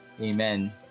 Amen